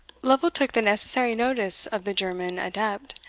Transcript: lovel took the necessary notice of the german adept,